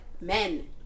men